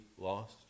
lost